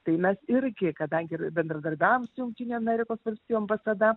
tai mes irgi kadangi bendradarbiaujam su jungtinėm amerikos valstijų ambasada